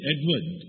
Edward